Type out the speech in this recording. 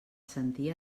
sentir